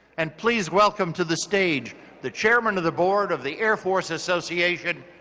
and, please welcome to the stage the chairman of the board of the air force association,